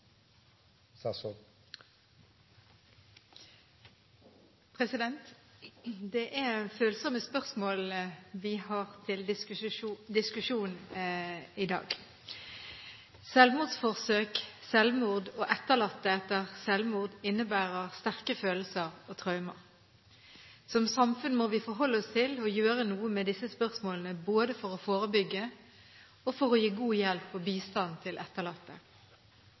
kommer. Det er følsomme spørsmål vi har til diskusjon i dag. Selvmordsforsøk, selvmord og etterlatte etter selvmord innebærer sterke følelser og traumer. Som samfunn må vi forholde oss til og gjøre noe med disse spørsmålene, både for å forebygge og for å gi god hjelp og bistand til